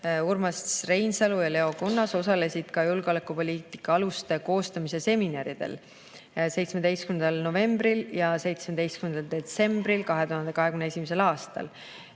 Urmas Reinsalu ja Leo Kunnas osalesid ka julgeolekupoliitika aluste koostamise seminaridel 17. novembril ja 17. detsembril 2021. aastal.